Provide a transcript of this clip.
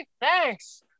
thanks